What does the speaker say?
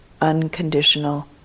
unconditional